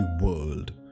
world